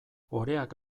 oreak